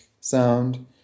Sound